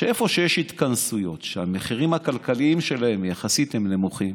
הוא שאיפה שיש התכנסויות שהמחירים הכלכליים שלהן הם יחסית נמוכים